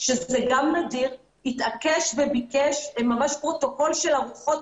וגם זה נדיר התעקש וביקש ממש פרוטוקול מסודר של ארוחות